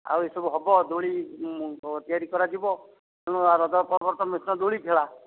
ଆଉ ଏସବୁ ହେବ ଦୋଳି ତିଆରି କରାଯିବ ତେଣୁ ରଜ ପର୍ବ ତ ମୁଖ୍ୟ ଦୋଳି ଖେଳା